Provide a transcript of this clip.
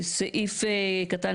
סעיף קטן